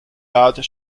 out